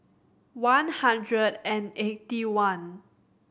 one hundred and eighty one